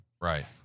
Right